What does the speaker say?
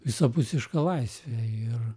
visapusiška laisvė ir